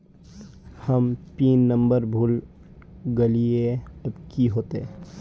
हम pin number भूल गलिऐ अब की होते?